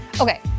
okay